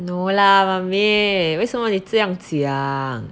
no lah mummy 为什么你这样讲